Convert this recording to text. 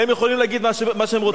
אה, הם יכולים מה שהם רוצים.